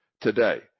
today